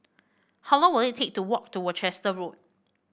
how long will it take to walk to Worcester Road